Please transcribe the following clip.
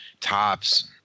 tops